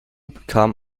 bekam